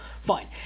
Fine